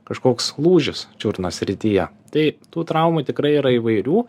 kažkoks lūžis čiurnos srityje tai tų traumų tikrai yra įvairių